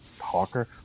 hawker